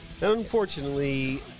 Unfortunately